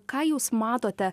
ką jūs matote